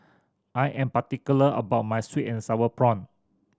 I am particular about my sweet and Sour Prawns